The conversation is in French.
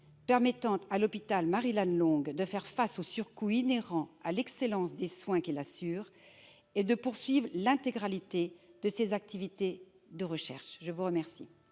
permettant à l'hôpital Marie-Lannelongue de faire face aux surcoûts inhérents à l'excellence des soins qu'il assure et de poursuivre l'intégralité de ses activités de recherche ? La parole